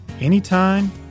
anytime